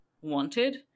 wanted